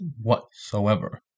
whatsoever